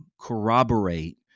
corroborate